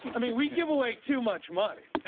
i mean we give away too much money.